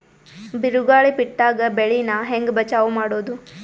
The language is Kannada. ಬಿರುಗಾಳಿ ಬಿಟ್ಟಾಗ ಬೆಳಿ ನಾ ಹೆಂಗ ಬಚಾವ್ ಮಾಡೊದು?